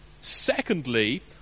Secondly